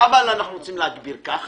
אבל אנחנו רוצים להגביר כך